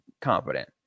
confident